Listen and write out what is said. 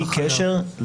בלי קשר,